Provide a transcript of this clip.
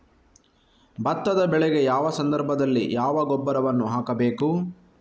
ಭತ್ತದ ಬೆಳೆಗೆ ಯಾವ ಸಂದರ್ಭದಲ್ಲಿ ಯಾವ ಗೊಬ್ಬರವನ್ನು ಹಾಕಬೇಕು?